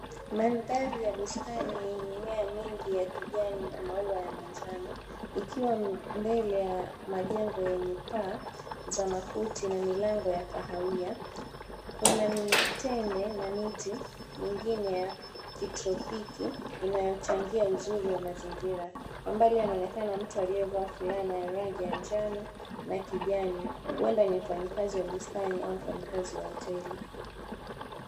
Mandhari ya bustani yenye mimea mingi ya kijani na maua ya manjano, ikiwa mbele ya majengo yenye paa za makuti na milango ya kahawia, kuna mitende na miti mingine ya kitropiki inayochangia uzuri wa mazingira. Kwa mbali anaonekana mtu aliyevaa fulana ya rangi ya manjano na kijani, huenda ni mfanyikazi wa bustani au ni mfanyikazi wa hoteli.